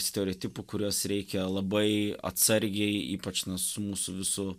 stereotipų kuriuos reikia labai atsargiai ypač su mūsų visu